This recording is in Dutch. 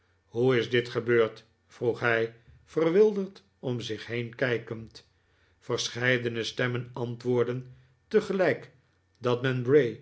hoe is dit gebeurd vroeg hij verwilderd om zich heen kijkend verscheidene stemmen antwoordden tegelijk dat men